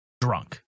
drunk